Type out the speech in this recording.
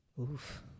Oof